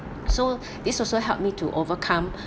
so this also helped me to overcome